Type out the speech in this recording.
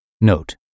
Note